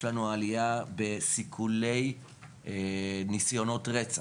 יש לנו עלייה בסיכולי ניסיונות רצח.